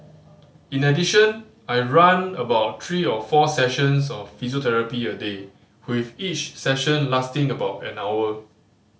in addition I run about three or four sessions of physiotherapy a day with each session lasting about an hour